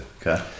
Okay